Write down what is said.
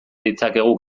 ditzakegu